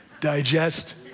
Digest